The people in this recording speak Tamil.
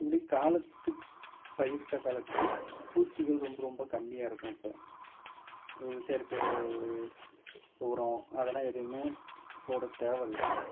இப்படி காலத்துக்கு பயிரிட்ட காலத்து பூச்சிகள் ரொம்ப ரொம்ப கம்மியாக இருக்கும் அப்போ செயற்க்கை உரம் அதெலான் எதுவுமே போட தேவைல்ல